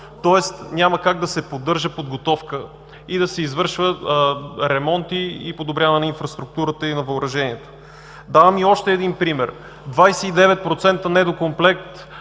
тоест няма как да се поддържа подготовка и да се извършват ремонти и подобряване на инфраструктурата и на въоръжението. Давам и още един пример – 29% недокомплект